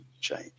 change